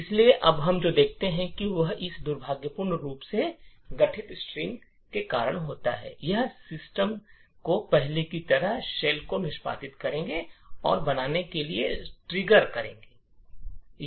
इसलिए अब हम जो देखते हैं वह इस दुर्भावनापूर्ण रूप से गठित स्ट्रिंग के कारण है यह सिस्टम को पहले की तरह शेल को निष्पादित करने और बनाने के लिए ट्रिगर करेगा